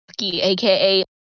AKA